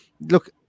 look